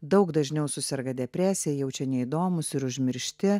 daug dažniau suserga depresija jaučia neįdomūs ir užmiršti